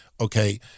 Okay